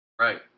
right